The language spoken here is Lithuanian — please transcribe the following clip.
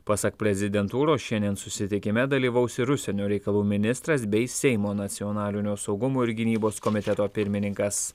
pasak prezidentūros šiandien susitikime dalyvaus ir užsienio reikalų ministras bei seimo nacionalinio saugumo ir gynybos komiteto pirmininkas